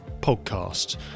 podcast